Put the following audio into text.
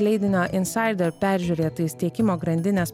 leidinio insider peržiūrėtais tiekimo grandinės